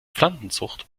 pflanzenzucht